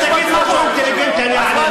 אם תגיד משהו אינטליגנטי, אני אענה לך.